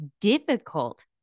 difficult